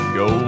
go